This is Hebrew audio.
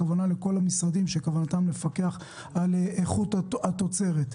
הכוונה היא לכל המשרדים שיפקחו על איכות התוצרת.